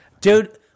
Dude